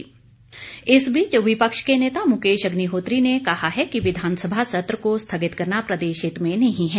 प्रतिक्रिया इस बीच विपक्ष के नेता मुकेश अग्निहोत्री ने कहा है कि विधानसभा सत्र को स्थगित करना प्रदेश हित में नहीं है